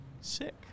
Sick